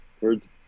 birds